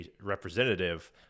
representative